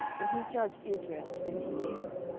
and he judged israel twenty years.